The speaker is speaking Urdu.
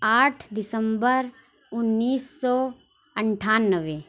آٹھ دسمبر اُنیس سو اَٹھانوے